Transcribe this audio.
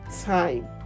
time